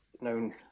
known